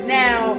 now